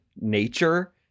nature